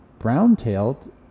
Brown-tailed